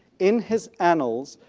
in his annals,